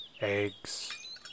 eggs